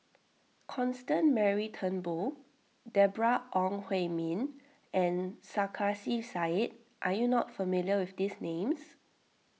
Constance Mary Turnbull Deborah Ong Hui Min and Sarkasi Said are you not familiar with these names